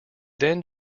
then